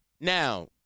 Now